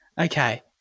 Okay